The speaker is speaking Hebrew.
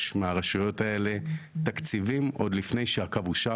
מהרשויות האלה תקציבים עוד לפני שהקו אושר.